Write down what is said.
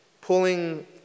pulling